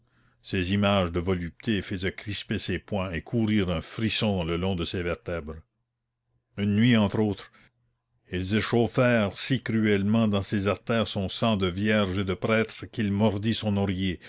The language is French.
ces images de volupté faisaient crisper ses poings et courir un frisson le long de ses vertèbres une nuit entre autres elles échauffèrent si cruellement dans ses artères son sang de vierge et de prêtre qu'il mordit son